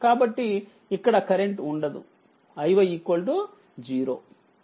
కాబట్టిఇక్కడకరెంట్ ఉండదుiy 0